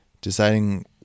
Deciding